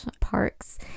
parks